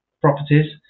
properties